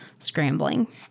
scrambling